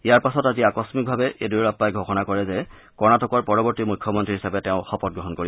ইয়াৰ পাছত আজি আকস্মিকভাৱে শ্ৰীয়েড্ডিয়ুৰাপ্পাই ঘোষণা কৰে যে কৰ্ণটিকৰ পৰৱৰ্তী মুখ্যমন্ত্ৰী হিচাপে তেওঁ শপতগ্ৰহণ কৰিব